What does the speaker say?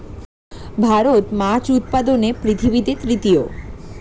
ভারত মাছ উৎপাদনে পৃথিবীতে তৃতীয়